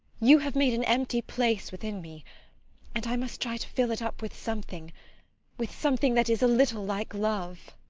you have made an empty place within me and i must try to fill it up with something with something that is a little like love.